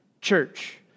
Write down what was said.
church